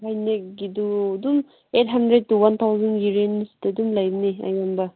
ꯍꯥꯏꯅꯦꯛꯀꯤꯗꯨ ꯑꯗꯨꯝ eight hundred to one ꯊꯥꯎꯖꯟꯒꯤ ꯔꯦꯟꯖꯇ ꯑꯗꯨꯝ ꯂꯩꯕꯅꯤ ꯑꯩꯉꯣꯟꯗ